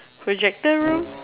projector room